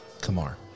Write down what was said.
Kamar